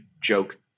joke